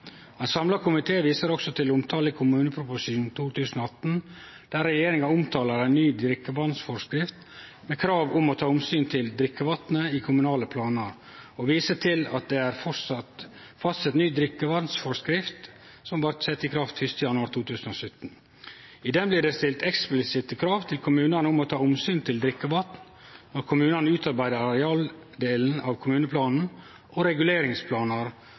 framover. Ein samla komité viser òg til omtale i kommuneproposisjonen for 2018, der regjeringa omtalar ei ny drikkevatnforskrift med krav om å ta omsyn til drikkevatnet i kommunale planar, og viser til at det er fastsett ny drikkevatnforskrift, som blei sett i kraft 1. januar 2017. I den blir det stilt eksplisitte krav til kommunane om å ta omsyn til drikkevatn når dei utarbeider arealdelen av kommuneplanen og reguleringsplanar,